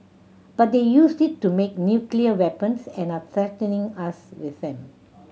but they used it to make nuclear weapons and are threatening us with them